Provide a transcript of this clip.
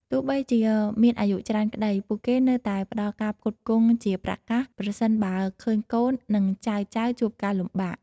ទោះបីជាមានអាយុច្រើនក្ដី ពួកគេនៅតែផ្ដល់ការផ្គត់ផ្គង់ជាប្រាក់កាស ប្រសិនបើឃើញកូន និងចៅៗជួបការលំបាក។